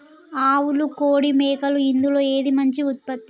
ఆవులు కోడి మేకలు ఇందులో ఏది మంచి ఉత్పత్తి?